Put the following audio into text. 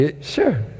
Sure